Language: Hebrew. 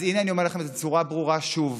אז הינה, אני אומר לכם בצורה ברורה שוב: